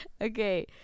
Okay